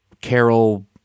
Carol